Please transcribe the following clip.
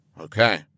Okay